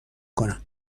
کنم